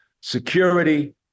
security